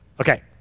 Okay